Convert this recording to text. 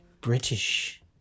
British